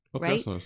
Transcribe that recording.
right